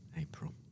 April